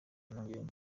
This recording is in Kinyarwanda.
impungenge